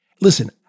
listen